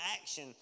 action